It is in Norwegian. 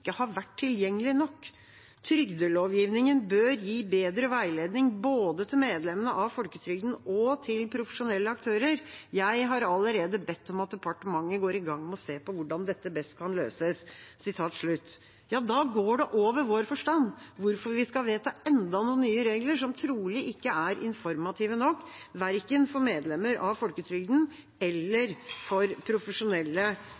har vært tilgjengelig nok. Trygdelovgivningen bør gi bedre veiledning, både til medlemmene av folketrygden og til profesjonelle aktører. Jeg har derfor allerede bedt om at departementet går i gang med å se på hvordan dette best kan løses.» Da går det over vår forstand hvorfor vi skal vedta enda noen nye regler som trolig ikke er informative nok, verken for medlemmer av folketrygden